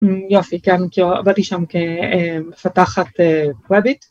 יופי, כן, כי עבדתי שם כמפתחת ראביט.